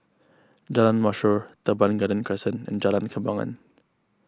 Jalan Mashhor Teban Garden Crescent and Jalan Kembangan